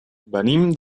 venim